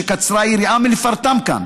שקצרה היריעה מלפרטם כאן,